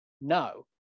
no